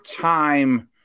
time